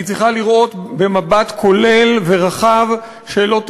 היא צריכה לראות במבט כולל ורחב שאלות תכנוניות,